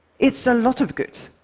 it's a lot of good.